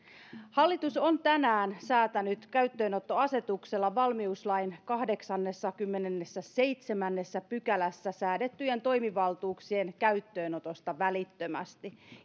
hallitus on tänään säätänyt käyttöönottoasetuksella valmiuslain kahdeksannessakymmenennessäseitsemännessä pykälässä säädettyjen toimivaltuuksien käyttöönotosta välittömästi